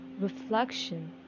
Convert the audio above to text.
reflection